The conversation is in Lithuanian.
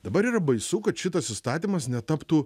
dabar yra baisu kad šitas įstatymas netaptų